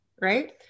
right